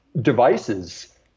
devices